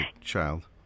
child